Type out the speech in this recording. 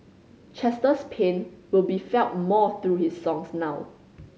Chester's pain will be felt more through his songs now